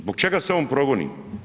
Zbog čega se on progoni?